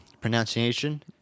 pronunciation